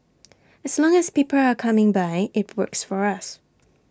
as long as people are coming by IT works for us